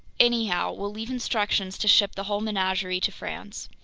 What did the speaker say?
anyhow, we'll leave instructions to ship the whole menagerie to france.